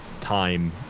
time